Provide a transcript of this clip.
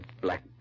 black